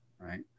right